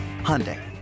Hyundai